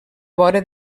vora